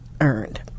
earned